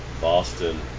Boston